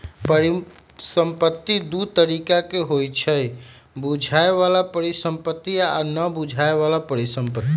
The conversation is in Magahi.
परिसंपत्ति दु तरिका के होइ छइ बुझाय बला परिसंपत्ति आ न बुझाए बला परिसंपत्ति